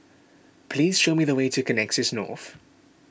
please show me the way to Connexis North